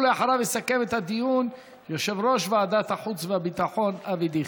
ואחריו יסכם את הדיון יושב-ראש ועדת החוץ והביטחון אבי דיכטר.